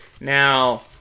Now